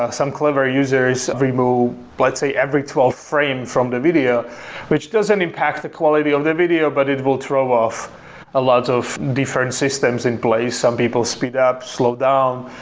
ah some clever users remove, let's say every twelve frames from the video which doesn't impact the quality of the video but it will throw off a lot of different systems in place. some people speed up, slow down,